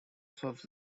serves